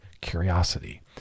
curiosity